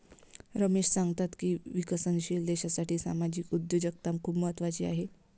रमेश सांगतात की विकसनशील देशासाठी सामाजिक उद्योजकता खूप महत्त्वाची आहे